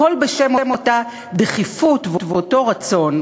הכול בשם אותה דחיפות ואותו רצון,